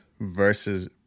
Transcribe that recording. versus